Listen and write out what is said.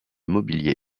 mobilier